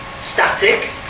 static